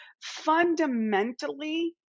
fundamentally